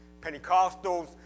Pentecostals